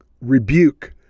rebuke